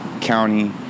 county